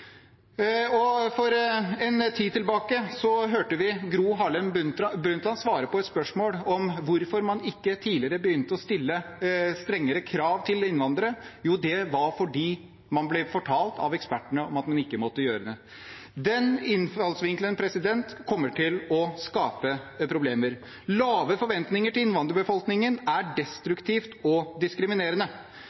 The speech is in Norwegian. For en tid tilbake hørte vi Gro Harlem Brundtland svare på et spørsmål om hvorfor man ikke tidligere begynte å stille strengere krav til innvandrere. Jo, det var fordi man ble fortalt av ekspertene at man ikke måtte gjøre det. Den innfallsvinkelen kommer til å skape problemer. Lave forventninger til innvandrerbefolkningen er destruktivt og diskriminerende.